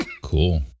Cool